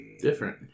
Different